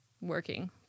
working